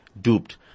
duped